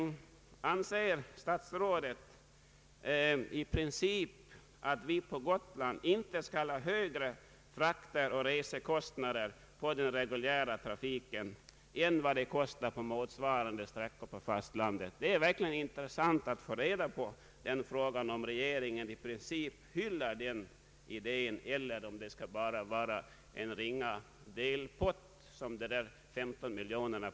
regionalpolitiken ser statsrådet i princip att vi på Gotland inte skall ha högre frakter och resekostnader på den reguljära trafiken än man har för motsvarande sträckor på fastlandet? Det skulle verkligen vara intressant att veta om regeringen i princip hyllar den idén, eller om de 15 miljonerna på tio år skulle vara tillräckligt.